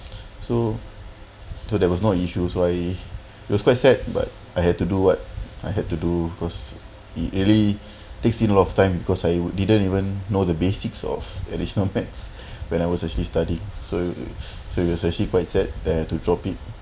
so so that was not issues why I it was quite sad but I had to do what I had to do cause it really takes in a lot of time because I didn't even know the basics of additional maths when I was actually study so so it's actually quite sad there to drop it